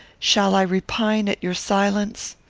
shall i repine at your silence?